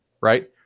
right